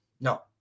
No